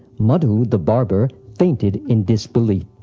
madhu, the barber, fainted in disbelief.